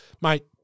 Mate